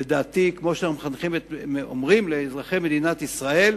לדעתי, כמו שאנחנו אומרים לאזרחי מדינת ישראל,